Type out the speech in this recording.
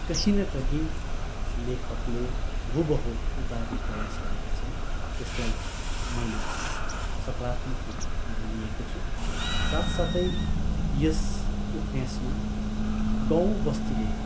कहीँ न कहीँ लेखकले हुबहू उतार्ने प्रयास गरेका छन् त्यसलाई मैले सकरात्मक रूपमा लिएको छु साथ साथै यस उपन्यासमा गाउँ बस्तीले